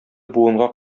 буынга